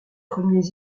premiers